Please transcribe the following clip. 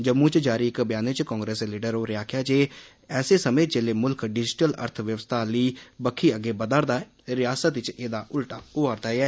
जम्मू च जारी इक ब्यानै च कांग्रेस दे लीडर होरें आक्खेआ जे एह्दे समय जेल्लै मुल्ख डिजिटल अर्थव्यवस्था आल्ली बक्खी अग्गै बधा'रदा ऐ रिआसत च एह्दा उल्टा होआ'रदा ऐ